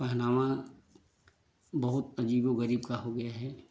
पहनावा बहुत अजीबो गरीब का हो गया है